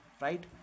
right